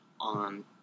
on